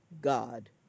God